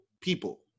people